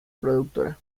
productora